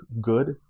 good